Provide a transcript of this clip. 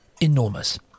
enormous